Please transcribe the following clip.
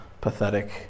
pathetic